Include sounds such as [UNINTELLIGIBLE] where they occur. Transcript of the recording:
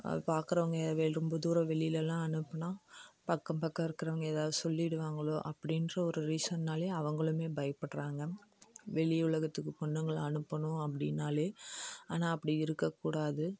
பாக்குறவங்க [UNINTELLIGIBLE] ரொம்ப தூர வெளியிலலாம் அனுப்பினா பக்கம் பக்கம் இருக்குறவங்க ஏதாவது சொல்லிடுவாங்களோ அப்படின்ற ஒரு ரீஸன்னாலேயே அவங்களுமே பயப்படுகிறாங்க வெளி உலகத்துக்கு பொண்ணுங்களை அனுப்பணும் அப்படின்னாலே ஆனால் அப்படி இருக்கக்கூடாது